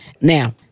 Now